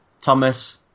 Thomas